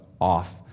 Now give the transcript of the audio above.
off